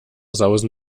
sausen